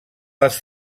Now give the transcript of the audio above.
les